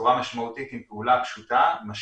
אני בעד ענישה פלילית במצבים כאלה אני לא מבינה,